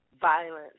violence